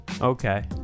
okay